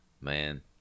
man